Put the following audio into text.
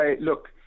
look